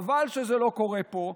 חבל שזה לא קורה פה.